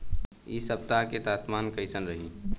एह सप्ताह के तापमान कईसन रही?